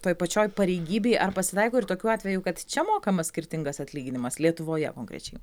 toj pačioj pareigybėj ar pasitaiko ir tokių atvejų kad čia mokamas skirtingas atlyginimas lietuvoje konkrečiai